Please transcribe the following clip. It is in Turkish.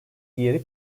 diğeri